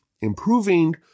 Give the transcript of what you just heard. improving